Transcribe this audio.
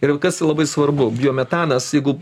ir jau kas labai svarbu biometanas jeigu